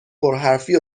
پرحرفی